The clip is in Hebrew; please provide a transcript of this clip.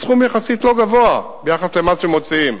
בסכום יחסית לא גבוה ביחס למה שמוציאים,